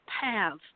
paths